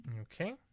Okay